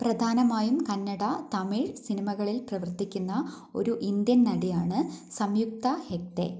പ്രധാനമായും കന്നഡ തമിഴ് സിനിമകളിൽ പ്രവർത്തിക്കുന്ന ഒരു ഇന്ത്യൻ നടിയാണ് സംയുക്ത ഹെഗ്ഡെ